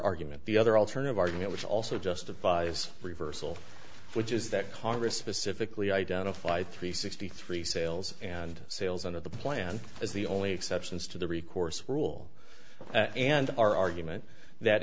argument the other alternative argument which also justifies reversal which is that congress specifically identified three sixty three sales and sales under the plan as the only exceptions to the recourse rule and our argument that